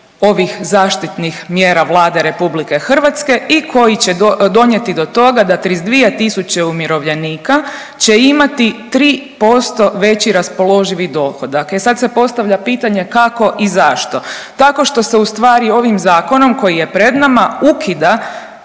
ovih zaštitnih mjera Vlade RH i koji će donijeti do toga da 32 tisuće umirovljenika će imati 3% veći raspoloživi dohodak. E sad se postavlja pitanje kako i zašto? Tako što se ustvari ovim zakonom koji je pred nama ukida